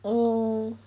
mm